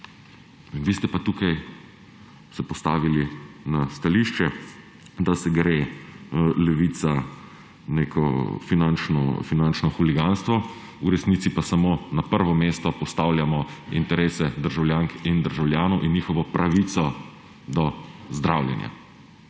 Vi ste pa tukaj se postavili na stališče, da se gre Levica neko finančno huliganstvo; v resnici pa samo na prvo mesto postavljamo interese državljank in državljanov in njihovo pravico do zdravljenja,